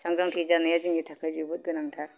सांग्रांथि जानाया जोंनि थाखाय जोबोद गोनांथार